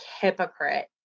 hypocrite